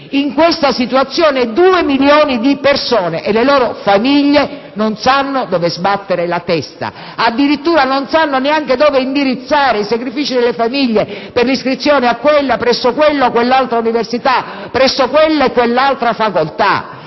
In questa situazione due milioni di persone e le loro famiglie non sanno dove sbattere la testa, addirittura non sanno neanche dove indirizzare i sacrifici per l'iscrizione presso quella o quell'altra università, presso quella o quell'altra facoltà.